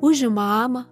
užima amą